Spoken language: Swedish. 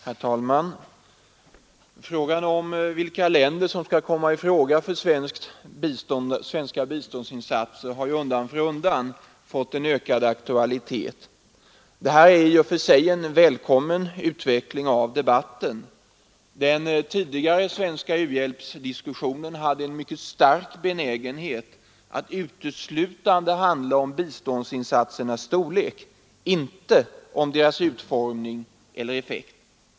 Herr talman! Frågan om vilka länder som skall komma i fråga för svenska biståndsinsatser har undan för undan fått ökad aktualitet. Detta utgör i och för sig en välkommen utveckling av debatten. Den tidiga svenska u-hjälpsdiskussionen hade en mycket stark benägenhet att uteslutande handla om biståndsinsatsernas storlek, inte om deras utformning eller effekt.